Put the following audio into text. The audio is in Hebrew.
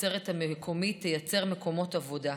התוצרת המקומית תייצר מקומות עבודה.